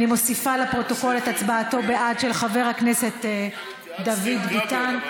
אני מוסיפה לפרוטוקול את הצבעתו בעד של חבר הכנסת דוד ביטן.